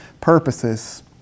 purposes